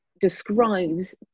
describes